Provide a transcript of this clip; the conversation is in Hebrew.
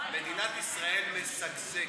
מדינת ישראל משגשגת.